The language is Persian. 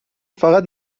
فقط